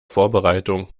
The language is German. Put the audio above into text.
vorbereitung